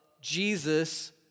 Jesus